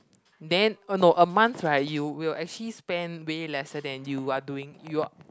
then oh no a month right you will actually spend way lesser than you are doing you're